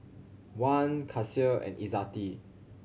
Wan Kasih and Izzati